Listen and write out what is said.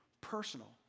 personal